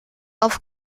auf